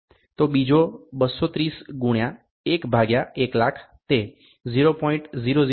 તો બીજો 230 ગુણ્યા 1 ભાગ્યા 100000 તે 0